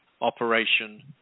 operation